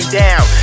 down